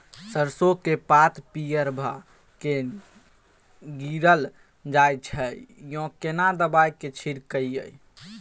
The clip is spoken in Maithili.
सरसो के पात पीयर भ के गीरल जाय छै यो केना दवाई के छिड़कीयई?